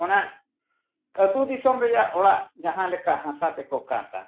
ᱚᱱᱟ ᱟᱛᱳ ᱫᱤᱥᱚᱢ ᱨᱮᱱᱟᱜ ᱚᱲᱟᱜ ᱡᱟᱦᱟᱸ ᱞᱮᱠᱟ ᱦᱟᱥᱟ ᱛᱮᱠᱚ ᱠᱟᱸᱛᱟ